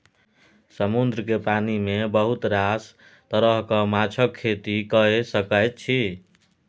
समुद्रक पानि मे बहुत रास तरहक माछक खेती कए सकैत छी